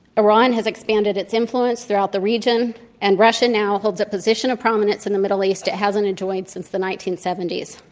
iran has expanded its influence throughout the region and russia now holds a position of prominence in the middle east it hasn't enjoyed since nineteen seventy s.